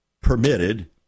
permitted